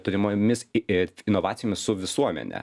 turimomis it inovacijomis su visuomene